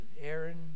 Aaron